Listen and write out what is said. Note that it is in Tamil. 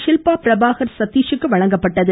ஷில்பா பிரபாகர் சதீஷ் க்கு வழங்கப்பட்டது